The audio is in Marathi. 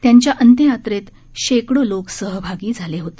त्यांच्या अंत्ययात्रेत शेकोडो लोक सहभागी झाले होते